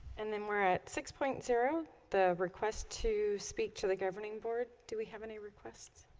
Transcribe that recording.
and then we're at six point zero the request to speak to the governing board do we have any requests